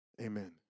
Amen